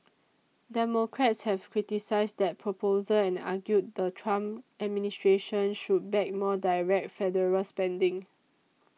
democrats have criticised that proposal and argued the Trump administration should back more direct federal spending